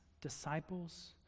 disciples